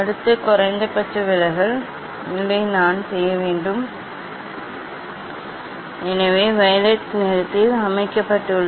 அடுத்த குறைந்தபட்ச விலகல் நிலை நான் செய்ய வேண்டும் எனவே இது வயலட் நிறத்தில் அமைக்கப்பட்டுள்ளது